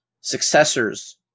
successors